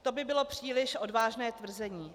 To by bylo příliš odvážné tvrzení.